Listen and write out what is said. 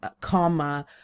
karma